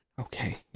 Okay